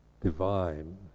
divine